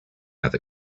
other